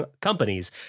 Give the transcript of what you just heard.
companies